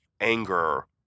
anger